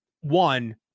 one